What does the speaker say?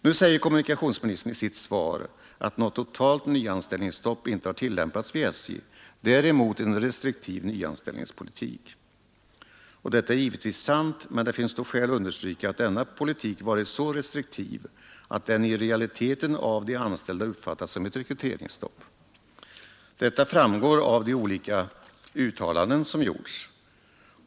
Nu säger kommunikationsministern i sitt svar att något totalt nyanställningsstopp inte har tillämpats vid SJ, däremot en restriktiv nyanställningspolitik. Detta är givetvis sant, men det finns då skäl understryka att denna politik varit så restriktiv att den i realiteten av de anställda uppfattats som ett rekryteringsstopp. Detta framgår av de olika uttalanden som gjorts.